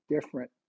different